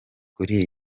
kuri